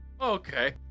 Okay